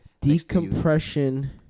Decompression